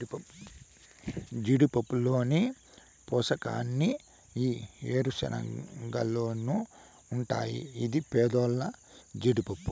జీడిపప్పులోని పోషకాలన్నీ ఈ ఏరుశనగలోనూ ఉంటాయి ఇది పేదోల్ల జీడిపప్పు